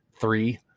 three